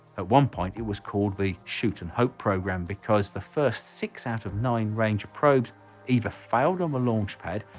at one point it was called the shoot and hope program because the first six out of nine range probes either failed on the launch pad,